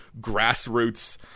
grassroots